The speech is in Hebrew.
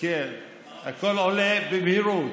הכול עולה במהירות.